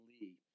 Lee